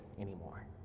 anymore